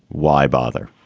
why bother?